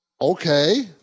Okay